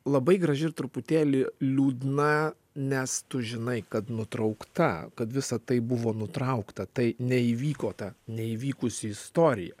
labai graži ir truputėlį liūdna nes tu žinai kad nutraukta kad visa tai buvo nutraukta tai neįvyko ta neįvykusi istorija